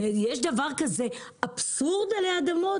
יש דבר אבסורדי כזה עלי אדמות?